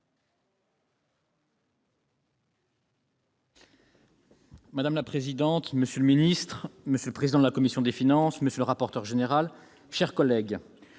Madame la présidente, monsieur le ministre, monsieur le président de la commission des finances, monsieur le rapporteur général, mes chers collègues,